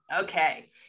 okay